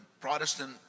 Protestant